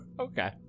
Okay